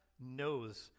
knows